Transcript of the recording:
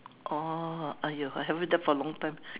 oh !aiyo! I haven't had that for a long time